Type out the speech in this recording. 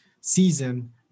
season